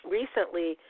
recently